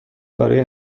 برای